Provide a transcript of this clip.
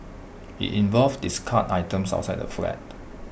IT involved discarded items outside the flat